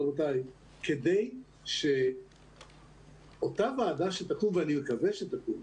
כדי שאותה ועדה שתקום, ואני מקווה שתקום,